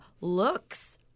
looks